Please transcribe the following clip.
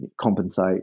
compensate